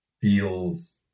feels